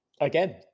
Again